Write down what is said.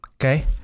Okay